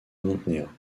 maintenir